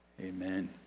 Amen